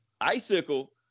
Icicle